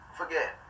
forget